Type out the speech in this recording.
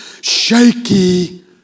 shaky